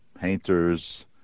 painters